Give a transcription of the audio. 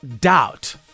doubt